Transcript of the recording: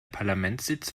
parlamentssitz